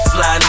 Fly